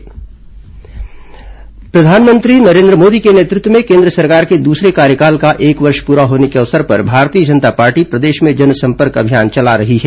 भाजपा जनसंपर्क अभियान प्रधानमंत्री नरेन्द्र मोदी के नेतृत्व में केन्द्र सरकार के दूसरे कार्यकाल का एक वर्ष पूरे होने के अवसर पर भारतीय जनता पार्टी प्रदेश में जनसंपर्क अभियान चला रही हैं